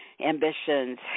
ambitions